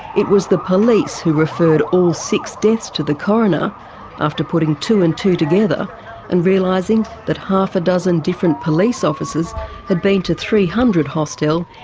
it was the police who referred all six deaths to the coroner after putting two and two together and realising that half a dozen different police officers had been to three hundred hostel,